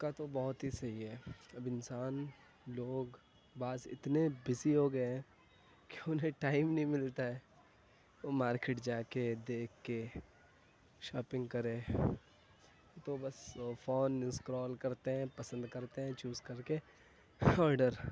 کا تو بہت ہی صحیح ہے اب انسان لوگ بعض اتنے بزی ہو گئے ہیں کہ انہیں ٹائم نہیں ملتا ہے وہ مارکیٹ جا کے دیکھ کے شاپنگ کریں اب تو بس وہ فون اسکرول کرتے ہیں پسند کرتے ہیں چوز کر کے آڈر